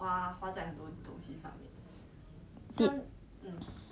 两百块